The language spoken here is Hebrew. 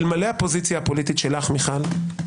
"על אף האמור בכל חוק-יסוד או חוק אחר לא תינתן החלטה המשנה חוק,